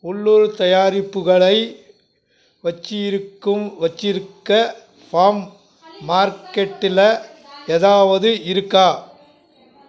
உள்ளூர் தயாரிப்புகளை வச்சிருக்கும் வச்சிருக்க ஃபார்ம் மார்க்கெட்டில் ஏதாவது இருக்கா